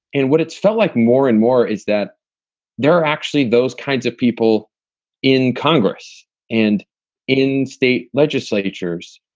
and what it felt like more and more is that there are actually those kinds of people in congress and in state legislatures,